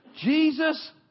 Jesus